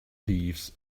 thieves